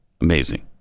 amazing